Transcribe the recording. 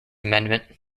amendment